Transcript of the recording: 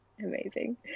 Amazing